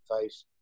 face